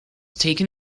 taken